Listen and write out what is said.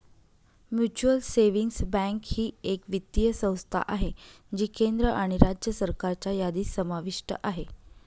mutual savings bank ही एक वित्तीय संस्था आहे जी केंद्र आणि राज्य सरकारच्या यादीत समाविष्ट आहे